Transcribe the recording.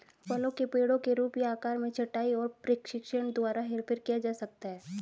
फलों के पेड़ों के रूप या आकार में छंटाई और प्रशिक्षण द्वारा हेरफेर किया जा सकता है